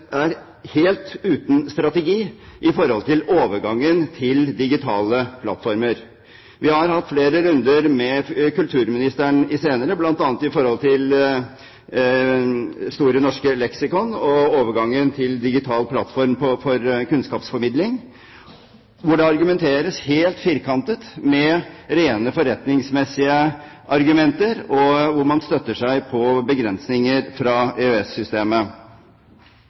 er helt uten strategi med hensyn til overgangen til digitale plattformer. Vi har hatt flere runder med kulturministeren i den senere tid, bl.a. om Store norske leksikon og overgangen til digital plattform for kunnskapsformidling, hvor det argumenteres helt firkantet med rene forretningsmessige argumenter, og hvor man støtter seg på begrensninger